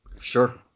Sure